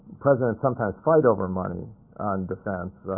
presidents sometimes fight over money on defense.